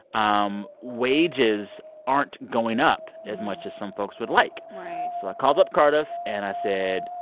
um wages aren't going up as much as some folks would like right so i called up cardiff. and i said,